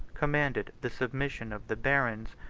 commanded the submission of the barons,